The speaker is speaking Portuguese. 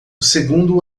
segundo